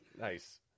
Nice